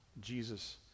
Jesus